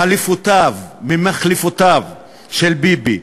חליפותיו ממחלפותיו של ביבי,